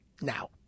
Now